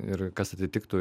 ir kas atitiktų